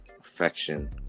affection